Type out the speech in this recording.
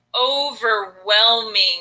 overwhelming